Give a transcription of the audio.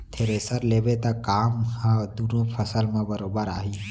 thresher लेबे त काम ह दुनों फसल म बरोबर आही